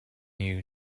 you